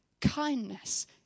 Kindness